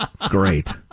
Great